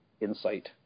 Insight